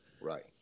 Right